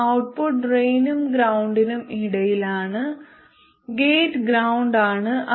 output ഡ്രെയിനിനും ഗ്രൌണ്ടിനും ഇടയിലാണ് ഗേറ്റ് ഗ്രൌണ്ട് ആണ്